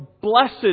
blessed